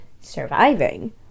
surviving